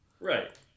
Right